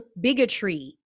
bigotry